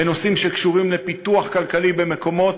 בנושאים שקשורים לפיתוח כלכלי במקומות